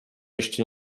ještě